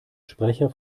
sprecher